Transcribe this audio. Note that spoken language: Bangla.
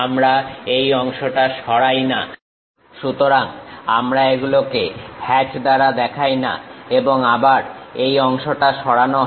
আমরা এই অংশটা সরাই না সুতরাং আমরা এগুলোকে হ্যাচ দ্বারা দেখাই না এবং আবার এই অংশটা সরানো হয়